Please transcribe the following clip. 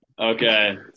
Okay